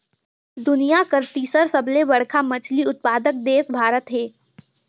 दुनिया कर तीसर सबले बड़खा मछली उत्पादक देश भारत हे